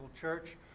Church